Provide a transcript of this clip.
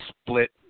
split